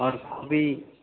और हम भी